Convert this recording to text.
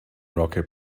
rocket